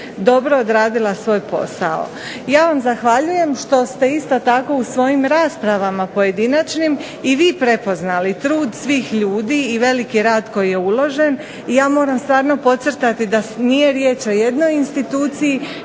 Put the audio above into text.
dobro odradila svoj posao. Ja vam zahvaljujem što ste isto tako u svojim raspravama pojedinačnim i vi prepoznali trud svih ljudi i veliki rad koji je uložen i ja moram stvarno podcrtati da nije riječ o jednoj instituciji